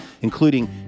including